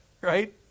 Right